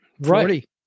right